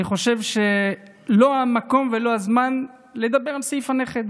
אני חושב שזה לא המקום ולא הזמן לדבר על סעיף הנכד,